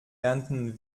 ernten